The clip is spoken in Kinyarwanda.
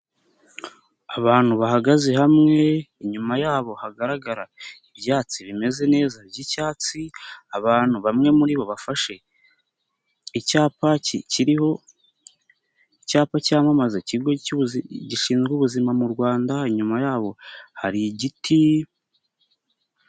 Abantu bahagaze hamwe inyuma yabo hagaragara ibyatsi bimeze neza byi'cyatsi, abantu bamwe muri bo bafashe icyapa kiriho icyapa cyamamaza ikigo gishinzwe ubuzima mu Rwanda, inyuma yaho hari igiti.